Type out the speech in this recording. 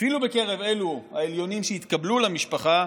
אפילו בקרב אלו העליונים שהתקבלו למשפחה,